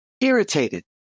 irritated